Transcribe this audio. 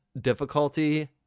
difficulty